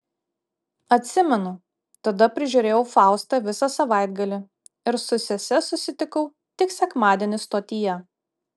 atsimenu tada prižiūrėjau faustą visą savaitgalį ir su sese susitikau tik sekmadienį stotyje